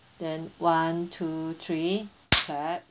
then one two three clap